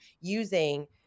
using